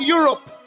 Europe